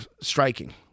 striking